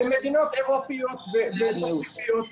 אלה מדינות אירופיות ופסיפיות.